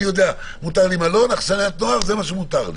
אני יודע מלון, אכסניית נוער זה מה שמותר לי.